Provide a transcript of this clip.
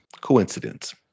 coincidence